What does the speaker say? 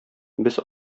без